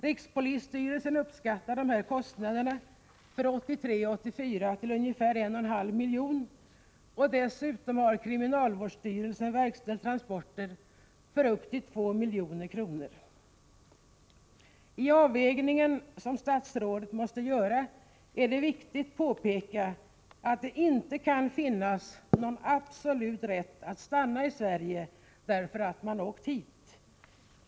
Rikspolisstyrelsen uppskattar kostnaderna för 1983/84 till ungefär 1,5 milj.kr. Dessutom har kriminalvårdsstyrelsen verkställt transporter för upp till 2 mi I den avvägning som statsrådet måste göra är det viktigt att påpeka att det inte kan finnas någon absolut rätt att stanna i Sverige därför att man har åkt hit.